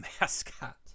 mascot